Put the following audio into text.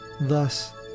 Thus